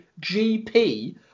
GP